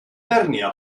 bèrnia